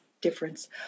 difference